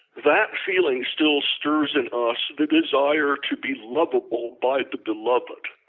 that feeling still stirs in us the desire to be lovable by the beloved.